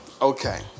Okay